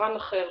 יצרן אחר,